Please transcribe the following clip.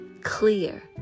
clear